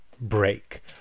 break